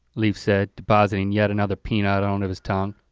leaf said, depositing yet another peanut onto his tongue.